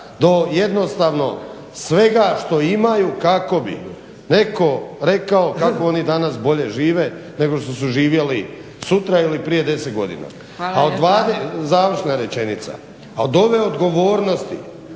do jednostavno svega što imaju, kako bi neko rekao kako oni danas bolje žive, nego što su živjeli sutra, ili prije 10 godina. **Zgrebec,